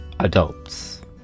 adults